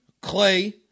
Clay